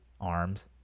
arms